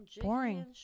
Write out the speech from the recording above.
Boring